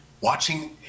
watching